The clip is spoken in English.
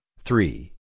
three